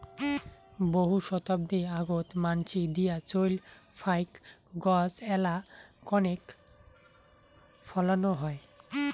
বহু শতাব্দী আগোত মানসি দিয়া চইল ফাইক গছ এ্যালা কণেক ফলানো হয়